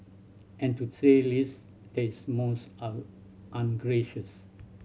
and to say least this most ungracious